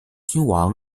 君王